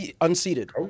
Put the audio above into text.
unseated